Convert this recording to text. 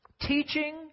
teaching